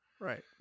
Right